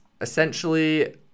essentially